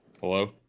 Hello